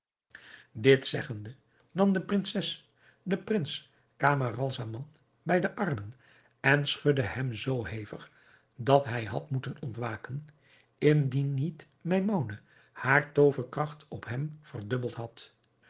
dit zeggende nam de prinses den prins camaralzaman bij de armen en schudde hem zoo hevig dat hij had moeten ontwaken indien niet maimoune hare tooverkracht op hem verdubbeld had